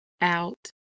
out